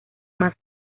más